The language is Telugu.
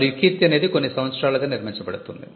మరియు కీర్తి అనేది కొన్ని సంవత్సరాలుగా నిర్మించబడుతుంది